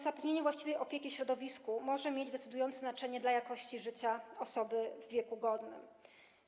Zapewnienie właściwej opieki w środowisku może mieć decydujące znaczenie dla jakości życia osoby w godnym wieku.